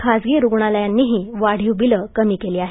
खासगी रुग्णालयांनीही वाढीव बिलं कमी केली आहेत